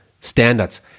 standards